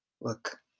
Look